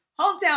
hometown